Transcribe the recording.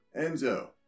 Enzo